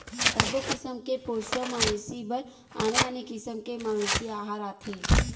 सबो किसम के पोसवा मवेशी बर आने आने किसम के मवेशी अहार आथे